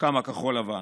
קמה כחול לבן,